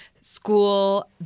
school